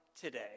today